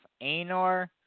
Anor